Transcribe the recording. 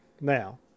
Now